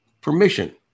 permission